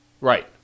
Right